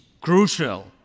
crucial